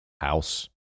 house